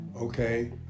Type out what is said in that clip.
Okay